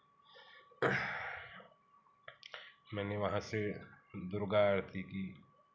मैंने वहाँ से दुर्गा जी की